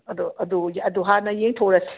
ꯑꯗꯣ ꯑꯗꯨ ꯑꯗꯨ ꯍꯥꯟꯅ ꯌꯦꯡꯊꯣꯛꯎꯔꯁꯤ